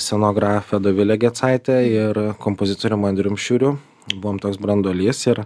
scenografe dovile gecaite ir kompozitorium andrium šiuriu buvom toks branduolys ir